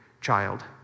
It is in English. child